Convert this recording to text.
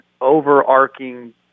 overarching